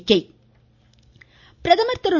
பிரதமர் பிரதமர் திரு